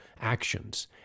actions